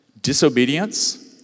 disobedience